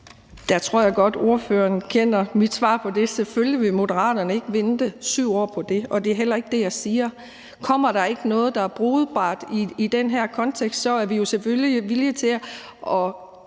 Der tror jeg godt, ordføreren kender mit svar på det. Selvfølgelig vil Moderaterne ikke vente 7 år på det. Det er heller ikke det, jeg siger. Kommer der ikke noget, der er brugbart i den her kontekst, er vi selvfølgelig villige til at